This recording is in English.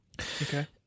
Okay